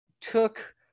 took